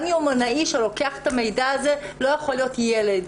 גם יומנאי שלוקח את המידע הזה לא יכול להיות ילד.